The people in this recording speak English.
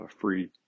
free